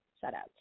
shout-out